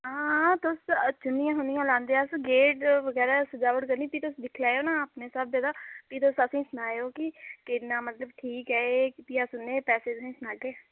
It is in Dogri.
हां तुस चुन्नियां छुन्नियां लांदे अस गेट बगैरा सजावट करनी फ्ही तुस दिक्खी लैओ अपने स्हाबै दा फिर तुस असेंगी सनाएओ कि कि'न्ना मतलब ठीक ऐ एह् फ्ही अस उ'न्ने पैसे तुसेंगी सनागे